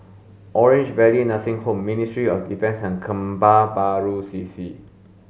Orange Valley Nursing Home Ministry of Defence and Kebun Baru C C